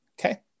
Okay